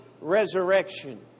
resurrection